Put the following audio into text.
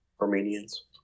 Armenians